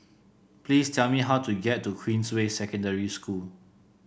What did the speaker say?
please tell me how to get to Queensway Secondary School